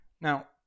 now